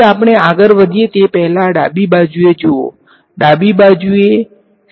તેથી આપણે આગળ વધીયે તે પહેલાં ડાબી બાજુએ જુઓ ડાબી બાજુ એ સ્કેલર અથવા વેક્ટર છે